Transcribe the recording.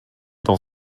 dans